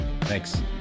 thanks